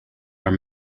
are